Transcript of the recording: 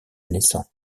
naissant